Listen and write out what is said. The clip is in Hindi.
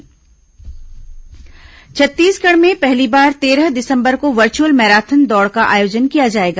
वर्चुअल मैराथन छत्तीसगढ़ में पहली बार तेरह दिसंबर को वर्चअल मैराथन दौड़ का आयोजन किया जाएगा